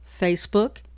Facebook